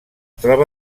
troba